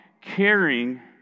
caring